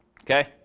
Okay